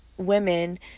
women